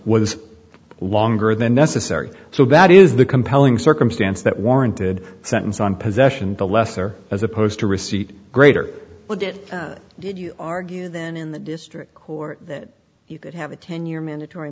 was longer than necessary so that is the compelling circumstance that warranted sentence on possession the lesser as opposed to receipt greater would it you argue then in the district court that you could have a ten year mandatory